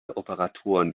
operatoren